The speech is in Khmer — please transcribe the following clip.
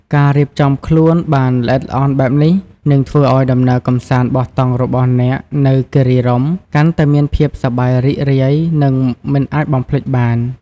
ការរៀបចំខ្លួនបានល្អិតល្អន់បែបនេះ នឹងធ្វើឲ្យដំណើរកម្សាន្តបោះតង់របស់អ្នកនៅគិរីរម្យកាន់តែមានភាពសប្បាយរីករាយ និងមិនអាចបំភ្លេចបាន។